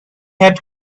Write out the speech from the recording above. had